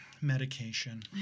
Medication